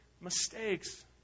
mistakes